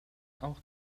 auch